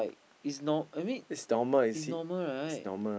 is nor I mean is normal right